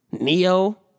Neo